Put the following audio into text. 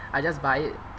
I just buy it